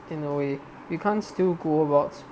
in a way you can't still go about